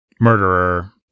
murderer